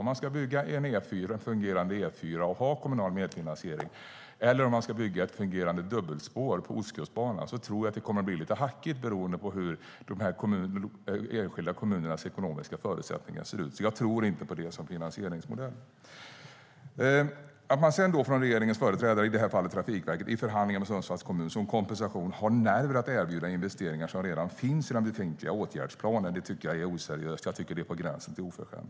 Om man ska bygga en fungerande E4 eller ett fungerande dubbelspår på Ostkustbanan och ha kommunal medfinansiering tror jag att det kommer att bli lite hackigt beroende på hur de enskilda kommunernas ekonomiska förutsättningar ser ut. Jag tror därför inte på det som finansieringsmodell. Att man sedan från regeringens företrädare, i det här fallet Trafikverket, i förhandlingar med Sundsvalls kommun som kompensation har nerver att erbjuda investeringar som redan finns i den befintliga åtgärdsplanen tycker jag är oseriöst och på gränsen till oförskämt.